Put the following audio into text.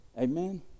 Amen